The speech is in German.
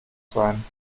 sein